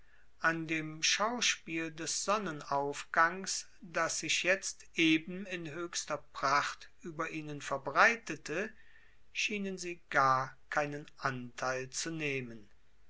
an dem schauspiel des sonnenaufgangs das sich jetzt eben in höchster pracht über ihnen verbreitete schienen sie gar keinen anteil zu nehmen